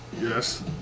Yes